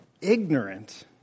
ignorant